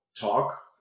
talk